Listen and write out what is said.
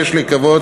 יש לקוות,